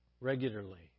regularly